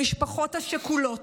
למשפחות השכולות,